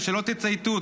ושלא תצייתו,